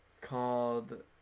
called